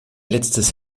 letztes